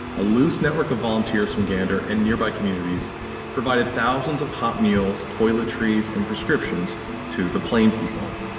a loose network of volunteers from gander and nearby communities provided thousands of hot meals, toiletries, and prescriptions to the plane people.